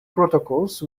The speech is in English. protocols